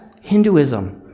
Hinduism